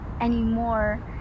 anymore